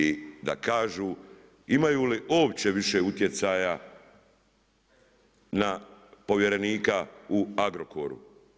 I da kažu, imaju li uopće više utjecaja na povjerenika u Agrokoru.